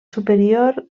superior